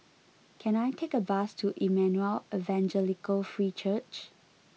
can I take a bus to Emmanuel Evangelical Free Church